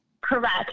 Correct